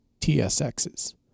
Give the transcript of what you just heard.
TSXs